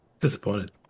Disappointed